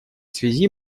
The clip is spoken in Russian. связи